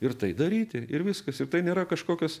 ir tai daryti ir viskas ir tai nėra kažkokios